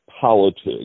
politics